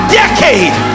decade